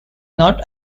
not